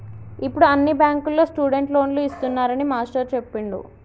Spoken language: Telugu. ఇప్పుడు అన్ని బ్యాంకుల్లో స్టూడెంట్ లోన్లు ఇస్తున్నారని మాస్టారు చెప్పిండు